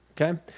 Okay